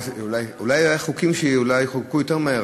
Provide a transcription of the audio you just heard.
אולי היו חוקים שחוקקו יותר מהר,